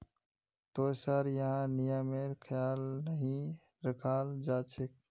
तोसार यहाँ नियमेर ख्याल नहीं रखाल जा छेक